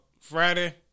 Friday